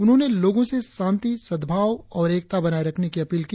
उन्होंने लोगो से शांति सद्भाव और एकता बनाए रखने की अपील की